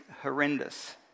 horrendous